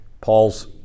Paul's